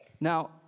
Now